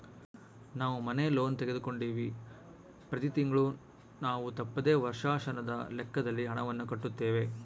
ನಾವು ಮನೆ ಲೋನ್ ತೆಗೆದುಕೊಂಡಿವ್ವಿ, ಪ್ರತಿ ತಿಂಗಳು ನಾವು ತಪ್ಪದೆ ವರ್ಷಾಶನದ ಲೆಕ್ಕದಲ್ಲಿ ಹಣವನ್ನು ಕಟ್ಟುತ್ತೇವೆ